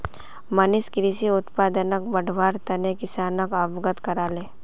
मनीष कृषि उत्पादनक बढ़व्वार तने किसानोक अवगत कराले